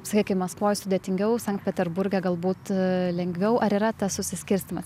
sakykim maskvoj sudėtingiau sankt peterburge galbūt lengviau ar yra tas susiskirstymas